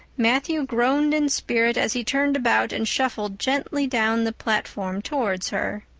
matthew groaned in spirit as he turned about and shuffled gently down the platform towards her.